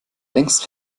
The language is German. längst